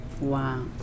Wow